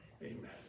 amen